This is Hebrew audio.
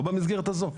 לא במסגרת הזאת.